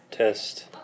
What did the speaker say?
Test